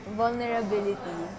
vulnerability